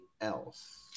else